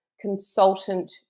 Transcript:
Consultant